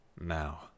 now